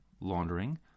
laundering